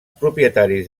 propietaris